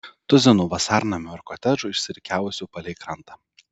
tuzinų vasarnamių ir kotedžų išsirikiavusių palei krantą